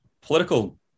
Political